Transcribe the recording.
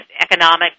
economic